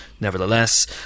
nevertheless